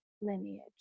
lineage